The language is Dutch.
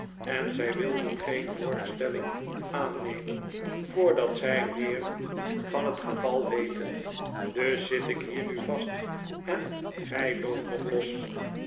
en zij willen geen borgstelling aannemen voordat zij meer van het geval weten dus zit ik hier nu vast en gij loopt nog los